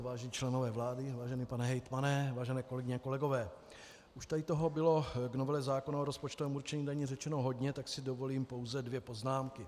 Vážení členové vlády, vážený pane hejtmane, vážené kolegyně, kolegové, už tady toho bylo k novele zákona o rozpočtovém určení daní řečeno hodně, tak si dovolím pouze dvě poznámky.